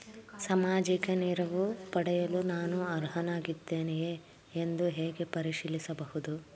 ಸಾಮಾಜಿಕ ನೆರವು ಪಡೆಯಲು ನಾನು ಅರ್ಹನಾಗಿದ್ದೇನೆಯೇ ಎಂದು ಹೇಗೆ ಪರಿಶೀಲಿಸಬಹುದು?